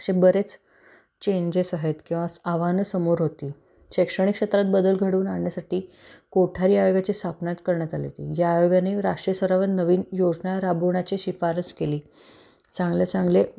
असे बरेच चेंजेस आहेत किंवा आव्हानं समोर होती शैक्षणिक क्षेत्रात बदल घडवून आणण्यासाठी कोठारी आयोगाची स्थापना करण्यात आली होती ज्या आयोगाने राष्ट्रीय स्तरावर नवीन योजना राबवण्याची शिफारस केली चांगल्या चांगले